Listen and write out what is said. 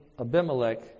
Abimelech